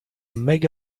mega